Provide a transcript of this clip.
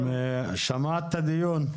שמעת את הדיון?